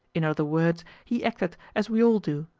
in other words, he acted as we all do,